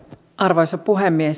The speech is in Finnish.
arvoisa puhemies